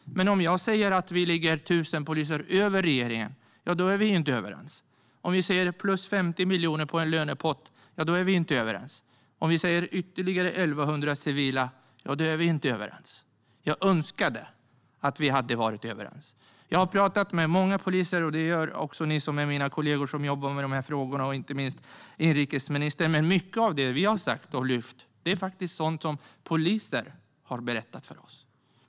Men om jag säger att Liberalerna vill ha 1 000 fler poliser än regeringen - då är vi inte överens. Om vi vill ha ytterligare 50 miljoner i en lönepott - då är vi inte överens. Om vi vill ha ytterligare 1 100 civilanställda - då är vi inte överens. Jag önskar att vi vore överens. Jag har pratat med många poliser, och det har även mina kollegor och inte minst inrikesministern som jobbar med dessa frågor gjort. Många av de frågor vi liberaler har lyft upp är sådant som poliser har berättat för oss.